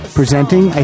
presenting